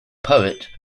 poet